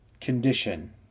condition